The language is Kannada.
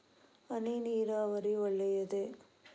ಹನಿ ನೀರಾವರಿ ಒಳ್ಳೆಯದೇ?